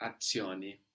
azioni